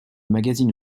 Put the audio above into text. magazine